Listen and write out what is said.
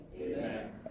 Amen